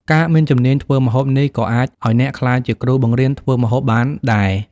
ការមានជំនាញធ្វើម្ហូបនេះក៏អាចឱ្យអ្នកក្លាយជាគ្រូបង្រៀនធ្វើម្ហូបបានដែរ។